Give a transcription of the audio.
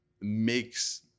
Makes